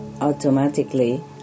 automatically